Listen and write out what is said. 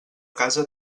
casa